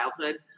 childhood